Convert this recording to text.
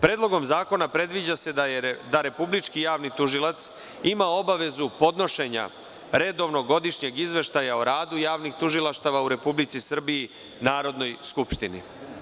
Predlogom zakona predviđa se da republički javni tužilac ima obavezu podnošenja redovnog godišnjeg izveštaja o radu javnih tužilaštava u Republici Srbiji Narodnoj skupštini.